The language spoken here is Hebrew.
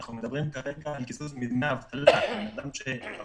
הנושא הזה